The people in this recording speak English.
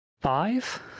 Five